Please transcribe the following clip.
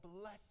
bless